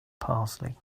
parsley